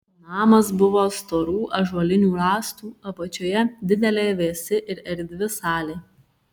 namas buvo storų ąžuolinių rąstų apačioje didelė vėsi ir erdvi salė